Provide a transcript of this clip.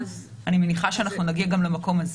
אני מניחה שאנחנו נגיע גם למקום הזה.